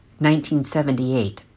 1978